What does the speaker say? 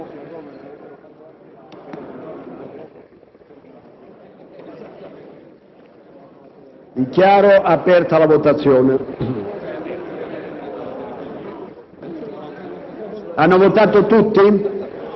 Dichiaro aperta la votazione.